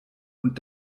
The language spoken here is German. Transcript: und